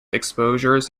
exposures